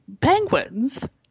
penguins